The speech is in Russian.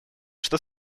что